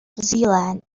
zeeland